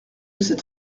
cette